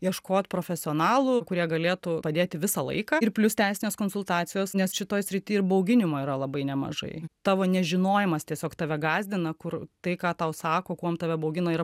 ieškot profesionalų kurie galėtų padėti visą laiką ir plius teisinės konsultacijos nes šitoj srity ir bauginimo yra labai nemažai tavo nežinojimas tiesiog tave gąsdina kur tai ką tau sako kuom tave baugino yra